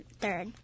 Third